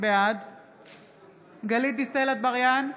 בעד גלית דיסטל אטבריאן,